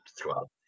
throughout